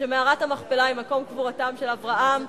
ושמערת המכפלה היא מקום קבורתם של אברהם,